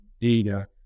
data